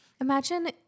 imagine